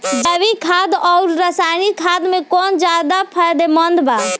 जैविक खाद आउर रसायनिक खाद मे कौन ज्यादा फायदेमंद बा?